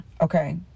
okay